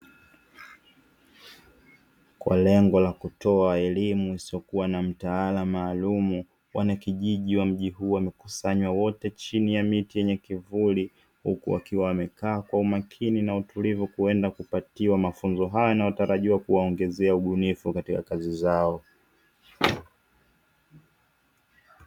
Kwa lengo la kutoa elimu isiyokuwa na mtaala maalum, wanakijiji wa mji huu wamekusanywa wote chini ya miti yenye kivuli, huku wakiwa wamekaa kwa umakini na utulivu kuenda kupatiwa mafunzo hayo yanayoenda kuwapatia Ubunifu katika kazi zao.